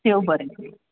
देव बरें करू